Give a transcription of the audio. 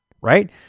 right